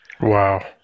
wow